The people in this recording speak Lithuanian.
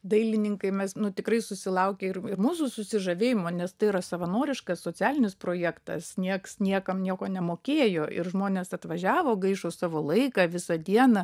dailininkai mes tikrai susilaukė ir ir mūsų susižavėjimo nes tai yra savanoriškas socialinis projektas nieks niekam nieko nemokėjo ir žmonės atvažiavo gaišo savo laiką visą dieną